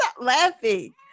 laughing